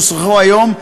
כנוסחו היום,